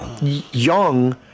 young